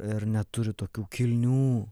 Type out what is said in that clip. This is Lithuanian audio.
ir neturi tokių kilnių